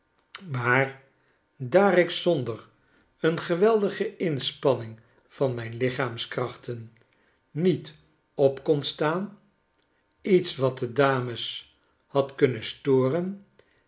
maar daar ik zonder een geweldige inspanning van mijn lichaamskrachten niet op kon staan iets wat de dames had kunnen storen